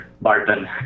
Barton